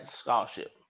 scholarship